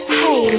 hey